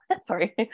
Sorry